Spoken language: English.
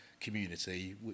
community